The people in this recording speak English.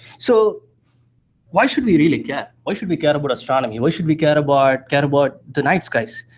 so why should we really care? why should we care about astronomy? why should we care about kind of but the night skies?